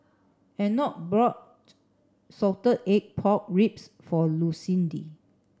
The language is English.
Enoch brought salted egg pork ribs for Lucindy